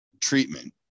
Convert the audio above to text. treatment